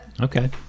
okay